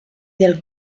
del